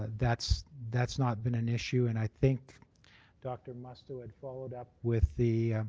ah that's that's not been an issue, and i think dr. musto and followed up with the